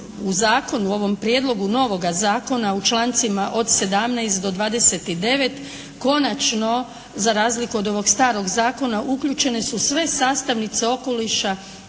u ovom prijedlogu novoga zakona u člancima od 17. do 29. konačno za razliku od ovog starog zakona uključene su sve sastavnice okoliša